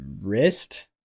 wrist